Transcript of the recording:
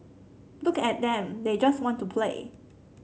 look at them they just want to play